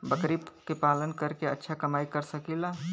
बकरी के पालन करके अच्छा कमाई कर सकीं ला?